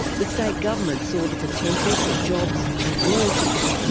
the state government saw the potential for jobs and royalties,